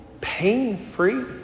pain-free